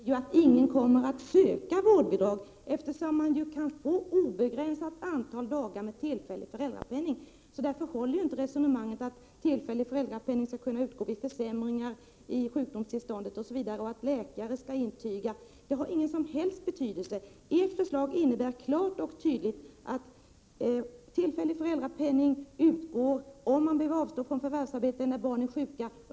Herr talman! Jag har läst på reglerna ordentligt, men problemet är ju att ingen kommer att söka vårdbidrag, eftersom man kan få tillfällig föräldrapenning under ett obegränsat antal dagar. Därför håller ju inte resonemanget att föräldrapenning skall kunna utgå vid försämringar i sjukdomstillståndet. Att läkare skall intyga osv. har ingen som helst betydelse. Ert förslag innebär klart och tydligt att tillfällig föräldrapenning utgår under ett obegränsat antal dagar, om man måste avstå från förvärvsarbete när barnet är sjukt.